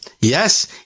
Yes